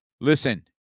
Listen